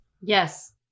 Yes